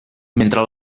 mentre